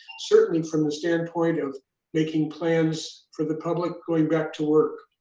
certainly from the standpoint of making plans for the public going back to work.